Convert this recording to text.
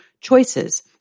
choices